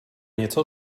něco